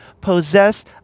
possess